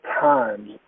times